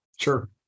Sure